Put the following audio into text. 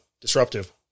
disruptive